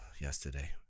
yesterday